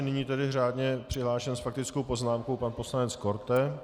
Nyní je tedy řádně přihlášen s faktickou poznámkou pan poslanec Korte.